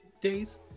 days